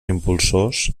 impulsors